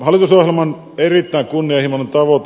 hallitusohjelman erittäin kunnianhimoinen tavoite